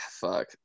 Fuck